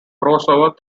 crossover